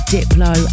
Diplo